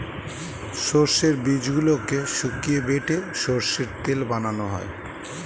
সর্ষের বীজগুলোকে শুকিয়ে বেটে সর্ষের তেল বানানো হয়